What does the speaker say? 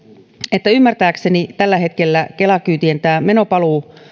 että ymmärtääkseni tällä hetkellä kela kyytien meno paluu